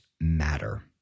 matter